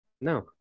no